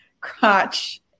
crotch